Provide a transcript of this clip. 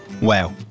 Wow